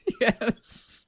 Yes